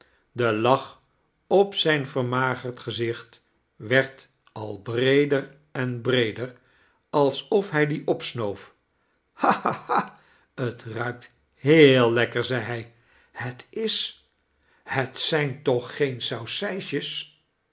de lach op zijn vermagerd gezicht werd al breeder en breeder alsof hij dien opsnoof ha ha ha t ruikt heel lekke zei hij het is het zijn toch geen saucijsjes